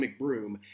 McBroom